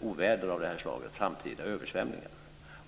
oväder av det här slaget och framtida översvämningar.